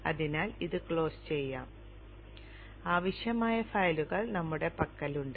അതിനാൽ ഇത് ക്ലോസ് ചെയ്യാം ആവശ്യമായ ഫയലുകൾ ഞങ്ങളുടെ പക്കലുണ്ട്